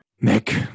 Nick